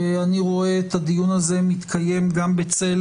אני רואה את הדיון הזה מתקיים גם בצל